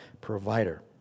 provider